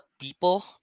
people